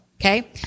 okay